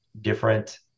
different